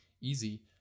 easy